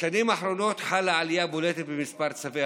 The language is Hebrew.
בשנים האחרונות חלה עלייה בולטת במספר צווי